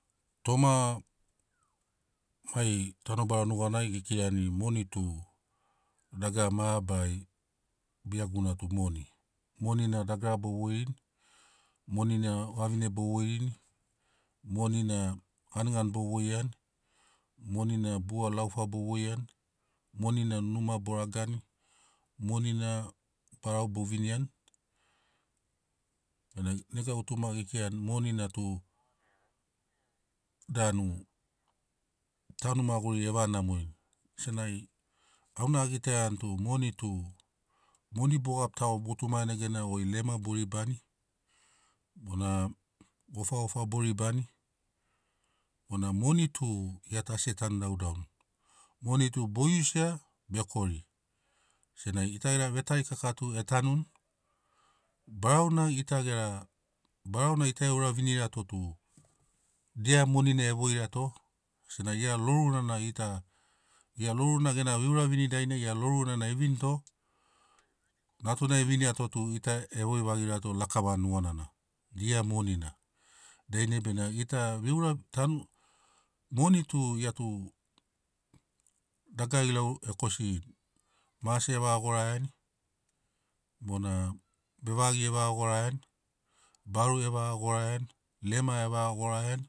Toma mai tanobara nuganai ge kirani moni tu dagara mabarari biaguna tu moni. Monina dagara bo voirini moni na vavine bo voirini moni na ganigani bo voiani moni na bua laufa bo voiani moni na numa bo ragani moni na barau bo viniani benamo nega gutuma ge kirani monina tu danu tanu maguriri e vaga namorini senagi auna a gitaiani tu moni tu moni bo gabi tago gutumani neganai goi lema bo ribani bona gofagofa bo ribani bona moni tu gia tu asi e tanu daudauni moni tu bo iusia be kori senagi gita gera vetarikaka tu e tanuni barau na gita gera barau na gita e uravinirato tu dia moni na e voira to sena gia loruna na gita gia lorunai gena veuravini dainai gia loruna na e vinito natuna e viniato natuna e viniato tu gita e voi vagirato lakava nuganana dia moni na dainai benamo gita veira tanu moni tu gia tu dagara ilauri e kosirini mase e vaga goraiani bona vevagi evaga goraiani baru e vaga goraiani lema e vaga goraiani